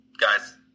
guy's